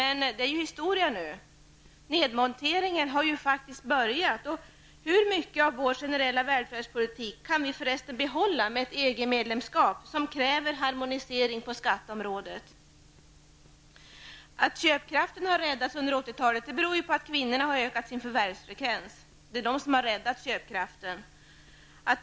Men de är historia nu, för nedmonteringen har faktiskt börjat. För resten: Hur mycket av vår generella välfärdspolitik kan vi behålla med ett EG medlemskap, som kräver en harmonisering på skatteområdet? Att köpkraften kunde räddas under 80-talet beror på att förvärvsfrekvensen när det gäller kvinnor har blivit större. Det är alltså kvinnorna som har räddat köpkraften.